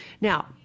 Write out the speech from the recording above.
Now